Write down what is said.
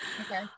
okay